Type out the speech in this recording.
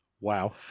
Wow